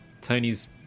Tony's